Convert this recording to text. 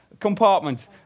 compartment